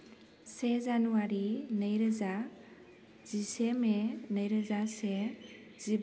Dubai London Hong Kong New York Paris